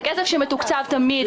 זה כסף שמתוקצב תמיד,